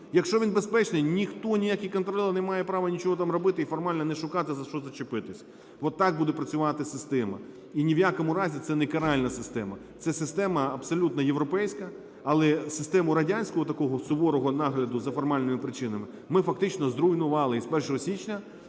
Якщо він безпечний, ніхто ніякий контролер не має права нічого там робити, і формально не шукати, за що зачепитись. Отак буде працювати система. І ні в якому разі це не каральна система, це система абсолютно європейська, але систему радянського такого суворого нагляду за формальними причинами ми фактично зруйнували. І з 1 січня